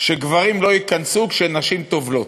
שגברים לא ייכנסו כשנשים טובלות.